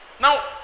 Now